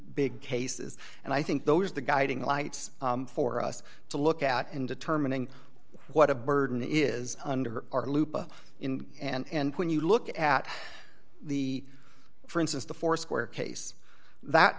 big cases and i think those the guiding light for us to look at in determining what a burden is under our lupa in and when you look at the for instance the foursquare case that